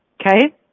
Okay